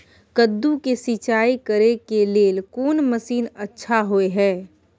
कद्दू के सिंचाई करे के लेल कोन मसीन अच्छा होय है?